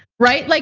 right? like